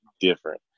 different